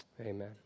Amen